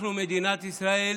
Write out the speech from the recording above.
אנחנו, מדינת ישראל,